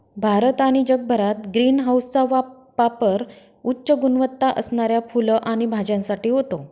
भारत आणि जगभरात ग्रीन हाऊसचा पापर उच्च गुणवत्ता असणाऱ्या फुलं आणि भाज्यांसाठी होतो